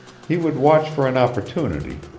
he would watch for an opportunity,